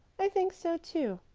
i think so too.